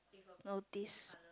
no this